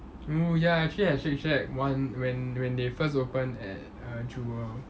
oo ya I actually had Shake Shack [one] when when they first open at uh jewel